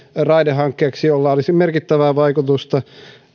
raidehankkeeksi jolla olisi merkittävää vaikutusta